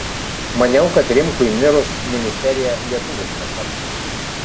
maniau kad rimkui mirus ministerija lietuviška taps